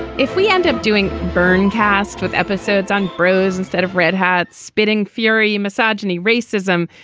if we end up doing burn cast with episodes on brose instead of redhat spitting fury, misogyny, racism,